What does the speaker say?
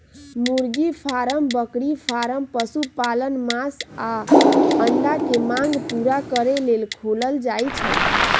मुर्गी फारम बकरी फारम पशुपालन मास आऽ अंडा के मांग पुरा करे लेल खोलल जाइ छइ